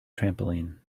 trampoline